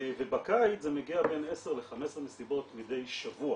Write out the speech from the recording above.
ובקיץ זה מגיע לבין 10 ל-15 מסיבות מדי שבוע,